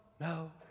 no